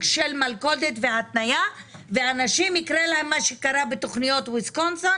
של מלכודת והתניה ולנשים יקרה מה שקרה בתוכניות ויסקונסין